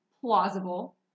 plausible